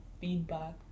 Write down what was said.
feedback